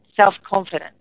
self-confidence